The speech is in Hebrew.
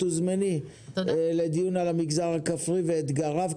את תוזמני לדיון על המגזר הכפרי ואתגריו,